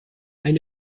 eine